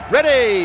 Ready